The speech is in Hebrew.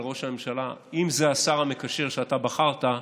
ראש הממשלה: אם זה השר המקשר שאתה בחרת,